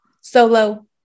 solo